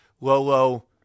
Lolo